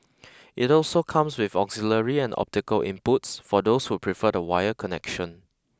it also comes with auxiliary and optical inputs for those who prefer a wired connection